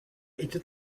était